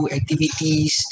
activities